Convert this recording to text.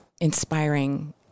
inspiring